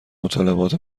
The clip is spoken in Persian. مطالبات